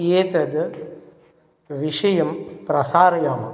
एतद् विषयं प्रसारयामः